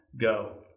go